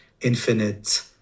infinite